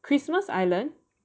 Christmas Island